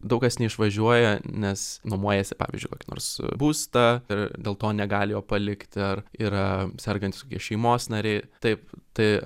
daug kas neišvažiuoja nes nuomojasi pavyzdžiui kokį nors būstą ir dėl to negali jo palikti ar yra sergantys kokie šeimos nariai taip tai